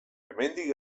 hemendik